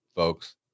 Folks